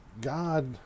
God